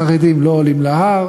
החרדים לא עולים להר,